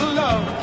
love